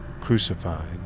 crucified